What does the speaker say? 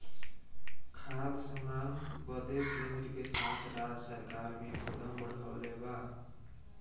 खाद्य सामान बदे केन्द्र के साथ राज्य सरकार भी कदम बढ़ौले बा